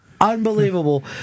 unbelievable